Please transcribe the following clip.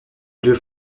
deux